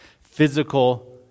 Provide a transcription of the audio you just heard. physical